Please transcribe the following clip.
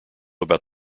about